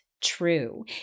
true